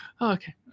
okay